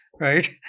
right